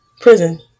prison